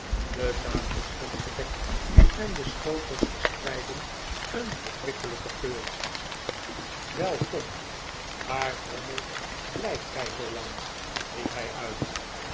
de tafel stond gedekt en de schotels verspreidden een verkwikkelijken geur wel tom waar drommel blijft gij zoolang riep hij uit